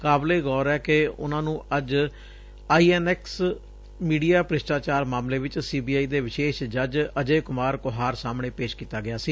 ਕਾਬਲੇ ਗੌਰ ਐ ਕਿ ਉਨਾਂ ਨੂੰ ਅੱਜ ਆਈ ਐਨ ਐਕਸ ਮੀਡੀਆ ਭ੍ਰਿਸ਼ਟਾਚਾਰ ਮਾਮਲੇ ਵਿਚ ਸੀ ਬੀ ਆਈ ਦੇ ਵਿਸ਼ੇਸ਼ ਜੱਜ ਅਜੇ ਕੁਮਾਰ ਕੁਹਾਰ ਸਾਹਮਣੇ ਪੇਸ਼ ਕੀਤਾ ਗਿਆ ਸੀ